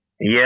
Yes